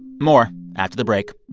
more after the break